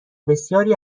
بسیاری